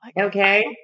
Okay